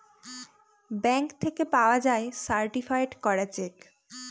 bank থেকে পাওয়া যায় সার্টিফায়েড করা চেক